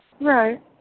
Right